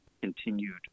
continued